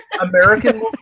American